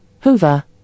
hoover